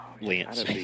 Lance